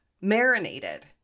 marinated